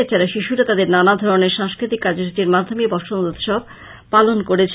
এছাড়া শিশুরা তাদের নানা ধরণের সাংস্কৃতিক কার্যসূচীর মাধ্যমে বসন্ত উৎসব পালন করেছে